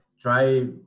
try